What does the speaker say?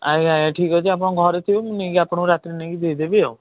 ଆଜ୍ଞା ଆଜ୍ଞା ଠିକ୍ ଅଛି ଆପଣ ଘରେ ଥିବେ ମୁଁ ନେଇକି ଆପଣଙ୍କୁ ରାତିରେ ନେଇକି ଦେଇଦେବି ଆଉ